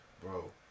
Bro